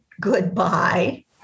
goodbye